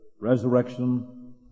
resurrection